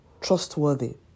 trustworthy